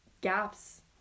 gaps